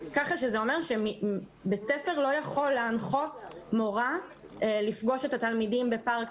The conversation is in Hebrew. כך שזה אומר שבית ספר לא יכול להנחות מורה לפגוש את התלמידים בפארק,